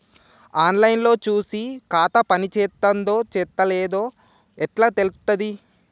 On line లో చూసి ఖాతా పనిచేత్తందో చేత్తలేదో ఎట్లా తెలుత్తది?